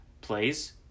plays